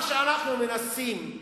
מה שאנחנו מנסים,